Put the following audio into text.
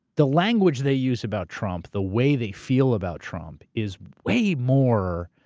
the language they use about trump, the way they feel about trump, is way more